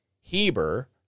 Heber